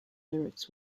lyrics